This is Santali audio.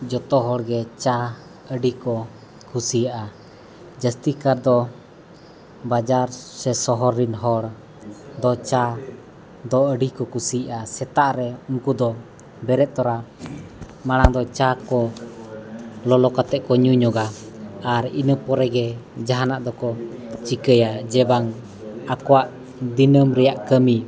ᱡᱚᱛᱚ ᱦᱚᱲᱜᱮ ᱪᱟ ᱟᱹᱰᱤᱠᱚ ᱠᱩᱥᱤᱭᱟᱜᱼᱟ ᱡᱟᱹᱥᱛᱤᱠᱟᱭ ᱫᱚ ᱵᱟᱡᱟᱨ ᱥᱮ ᱥᱚᱦᱚᱨ ᱨᱮᱱ ᱦᱚᱲᱫᱚ ᱪᱟ ᱫᱚ ᱟᱹᱰᱤᱠᱚ ᱠᱩᱥᱤᱭᱟᱜᱼᱟ ᱥᱮᱛᱟᱜᱨᱮ ᱩᱱᱠᱩ ᱫᱚ ᱵᱮᱨᱮᱫ ᱛᱚᱨᱟ ᱢᱟᱲᱟᱝ ᱫᱚ ᱪᱟ ᱠᱚ ᱞᱚᱞᱚ ᱠᱟᱛᱮᱫ ᱠᱚ ᱧᱩ ᱧᱚᱜᱟ ᱟᱨ ᱤᱱᱟᱹ ᱯᱚᱨᱮᱜᱮ ᱡᱟᱦᱟᱱᱟᱜ ᱫᱚᱠᱚ ᱪᱮᱠᱟᱭᱟ ᱡᱮ ᱵᱟᱝ ᱟᱠᱚᱣᱟᱜ ᱫᱤᱱᱟᱹᱢ ᱨᱮᱱᱟᱜ ᱠᱟᱹᱢᱤ